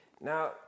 Now